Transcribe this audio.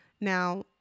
now